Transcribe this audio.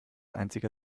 einziger